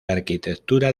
arquitectura